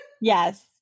Yes